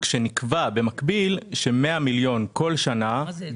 ו-100 מיליון כל שנה יעברו לעוטף נתב"ג.